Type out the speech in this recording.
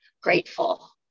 grateful